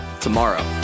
tomorrow